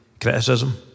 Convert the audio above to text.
Criticism